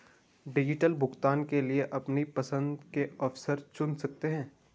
digital भुगतान के लिए अपनी पसंद के ऑफर चुन सकते है